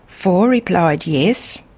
four replied yes,